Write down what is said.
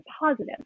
positive